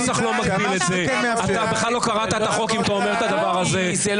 לא קראת את החוק אם אתה אומר את זה.